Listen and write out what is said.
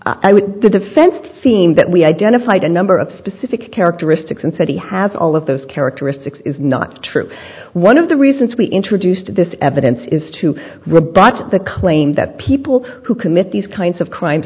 i would the defense team that we identified a number of specific characteristics and said he has all of those characteristics is not true one of the reasons we introduced this evidence is to rebut the claim that people who commit these kinds of crime